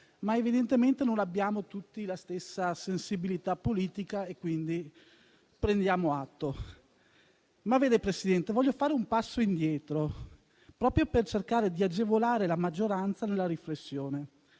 ma evidentemente non abbiamo tutti la stessa sensibilità politica e, quindi, ne prendiamo atto. Ma vede, signor Presidente, voglio fare un passo indietro, proprio per cercare di agevolare la maggioranza nella riflessione.